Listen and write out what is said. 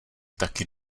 taky